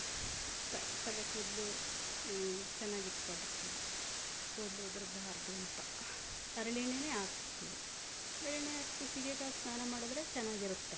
ತ ತಲೆ ಕೂದಲು ಚೆನ್ನಾಗಿ ಇಟ್ಕೊಂಡಿರ್ತೀವಿ ಕೂದಲು ಉದುರಬಾರ್ದು ಅಂತ ಹರಳೆಣ್ಣೆನೇ ಹಾಕ್ತಿವಿ ಹರಳೆಣ್ಣೆ ಹಾಕಿ ಸೀಗೆಕಾಯಿ ಹಾಕ್ ಸ್ನಾನ ಮಾಡಿದ್ರೆ ಚೆನ್ನಾಗಿರುತ್ತೆ